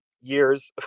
years